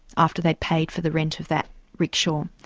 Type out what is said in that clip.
after they'd paid for the rent of that rickshaw.